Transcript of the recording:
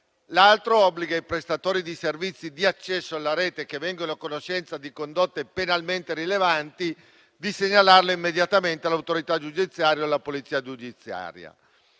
l'altro obbliga i prestatori di servizi di accesso alla rete che vengono a conoscenza di condotte penalmente rilevanti di segnalarle immediatamente all'autorità o alla polizia giudiziarie.